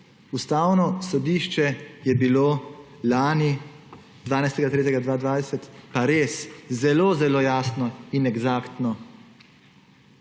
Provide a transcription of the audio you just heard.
Ustavno sodišče je bilo lani, 12. 3. 2020, pa res zelo zelo jasno in eksaktno.